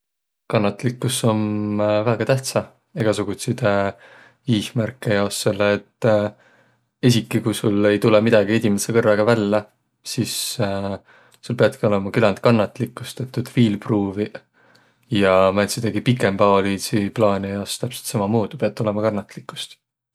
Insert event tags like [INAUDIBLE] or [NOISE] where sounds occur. Kannatlikkus om väega tähtsä egäsugutsidõ iihmärke jaos, selle et [HESITATION] esiki, ku sul ei tulõ midägi edimädse kõrraga vällä, sis [HESITATION] sul piätki olõma küländ kannatlikkust, et tuud viil pruuviq ja määntsidegi pikembäaoliidsi plaanõ jaos täpselt sammamuudu piät olõma kannatlikkust.